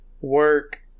work